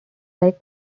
like